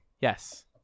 Yes